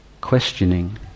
questioning